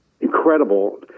incredible